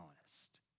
honest